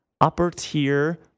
upper-tier